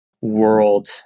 world